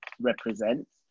Represents